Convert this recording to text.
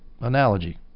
analogy